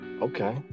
Okay